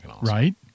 Right